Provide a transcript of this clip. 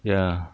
ya